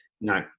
no